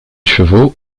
chevaux